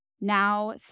now